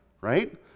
right